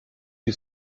die